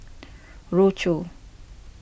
Rochor